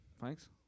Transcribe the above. thanks